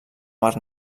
mar